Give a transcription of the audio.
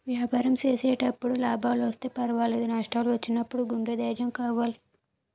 వ్యాపారం చేసేటప్పుడు లాభాలొస్తే పర్వాలేదు, నష్టాలు వచ్చినప్పుడు గుండె ధైర్యం కావాలి